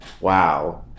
wow